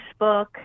Facebook